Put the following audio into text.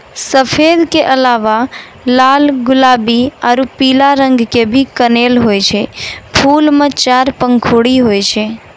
सफेद के अलावा लाल गुलाबी आरो पीला रंग के भी कनेल होय छै, फूल मॅ चार पंखुड़ी होय छै